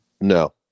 No